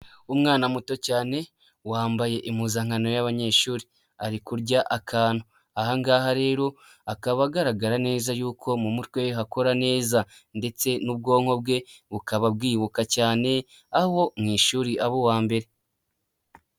Umwana muto cyane wambaye impuzankano y'abanyeshuri ari kurya akantu, ahangaha rero akaba agaragara neza yuko mu mutwe we hakora neza, ndetse n'ubwonko bwe bukaba bwibuka cyane aho mu ishuri aba uwa mbere.